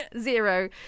zero